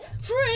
Free